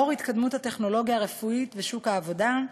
לאור התקדמות הטכנולוגיה הרפואית ושוק העבודה,